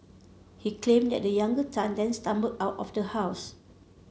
he claimed that the younger Tan then stumbled out of the house